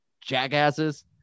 jackasses